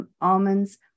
almonds